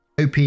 OP